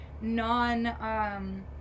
non